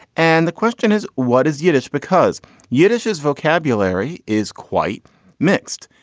and the question is, what is yiddish? because yiddish, his vocabulary is quite mixed.